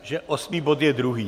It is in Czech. Že osmý bod je druhý.